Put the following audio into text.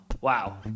wow